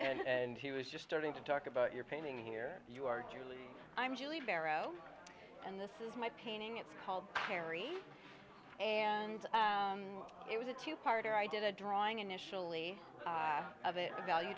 painting and he was just starting to talk about your painting here you are julie i'm julie barrow and this is my painting it's called harry and it was a two parter i did a drawing initially of it the value